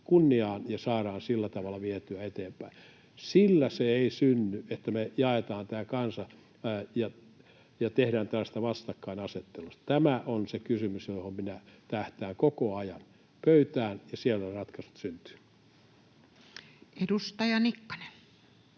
kunniaan ja saadaan sillä tavalla vietyä eteenpäin. Sillä se ei synny, että me jaetaan tämä kansa ja tehdään tällaista vastakkainasettelua. Tämä on se kysymys, johon minä tähtään koko ajan: pöytään, ja siellä ratkaisut syntyvät. Edustaja Nikkanen.